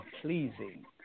pleasing